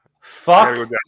Fuck